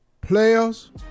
players